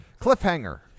Cliffhanger